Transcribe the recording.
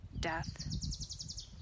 death